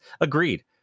Agreed